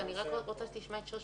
ואני מוכן להתווכח עם מי שרוצה,